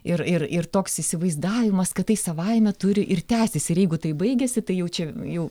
ir ir ir toks įsivaizdavimas kad tai savaime turi ir tęsis ir jeigu tai baigėsi tai jau čia jau